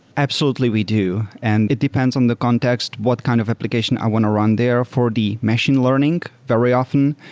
absolutely. we do, and it depends on the context. what kind of application i want to run there for the machine learning, very often,